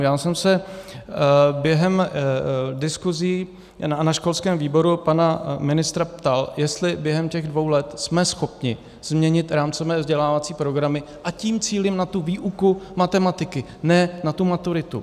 Já jsem se během diskuzí na školském výboru pana ministra ptal, jestli během těch dvou let jsme schopni změnit rámcové vzdělávací programy a tím cílím na tu výuku matematiky, ne na tu maturitu.